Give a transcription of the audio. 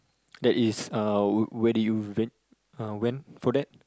that is uh where do you ran uh went for that